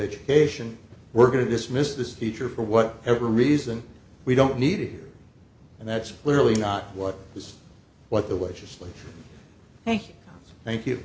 education we're going to dismiss this teacher for what ever reason we don't need it here and that's clearly not what this is what the what just like thank you